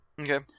Okay